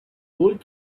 golf